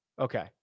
Okay